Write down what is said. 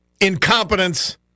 incompetence